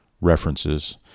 references